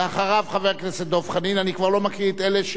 אני כבר לא מקריא את אלה שהורידו את שמם.